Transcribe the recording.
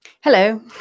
Hello